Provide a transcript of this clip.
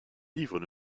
livres